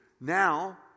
now